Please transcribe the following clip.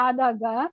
Adaga